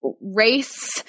race